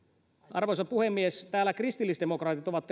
arvoisa puhemies täällä myös kristillisdemokraatit ovat